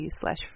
slash